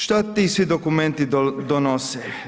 Šta ti svi dokumenti donose?